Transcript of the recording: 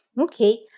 Okay